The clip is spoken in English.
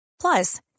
Plus